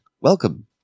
welcome